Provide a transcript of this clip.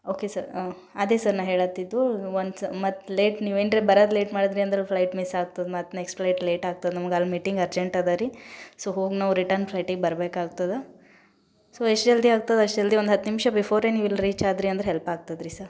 okay sir ಅದೇ sir ನಾ ಹೇಳತ್ತಿದ್ದು ಒನ್ಸ್ ಮತ್ತೆ ಲೇಟ್ ನೀವೇನ್ರ ಬರದು ಲೇಟ್ ಮಾಡದ್ರಿ ಅಂದ್ರೆ ಫ್ಲೈಟ್ ಮಿಸ್ ಆಗ್ತದೆ ಮತ್ತು ನೆಕ್ಸ್ಟ್ ಫ್ಲೈಟ್ ಲೇಟ್ ಆಗ್ತದೆ ನಮ್ಗೆ ಅಲ್ಲಿ ಮೀಟಿಂಗ್ ಅರ್ಜೆಂಟ್ ಅದರೀ ಸೊ ಹೋಗಿ ನಾವು ರಿಟರ್ನ್ ಫ್ಲೈಟಿಗೆ ಬರಬೇಕಾಗ್ತದೆ ಸೊ ಎಷ್ಟು ಜಲ್ದಿ ಆಗ್ತದೋ ಅಷ್ಟು ಜಲ್ದಿ ಒಂದು ಹತ್ತು ನಿಮಿಷ ಬಿಫೋರೆ ನೀವು ಇಲ್ಲಿ ರೀಚ್ ಆದ್ರಿ ಅಂದ್ರೆ ಹೆಲ್ಪ್ ಆಗ್ತದ್ರಿ ಸರ್